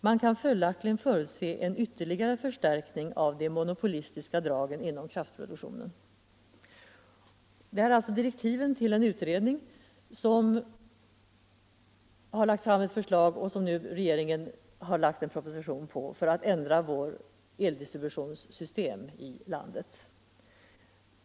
——— Man kan följaktligen förutse en ytterligare förstärkning av de monopolistiska dragen inom kraftproduktionen.” Detta är alltså hämtat ur direktiven till en utredning som sedan lagt fram ett förslag, på vilket regeringen grundat den proposition vi nu behandlar om ändring av landets eldistributionssystem.